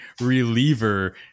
reliever